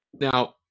now